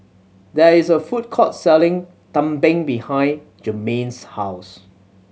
there is a food court selling tumpeng behind Germaine's house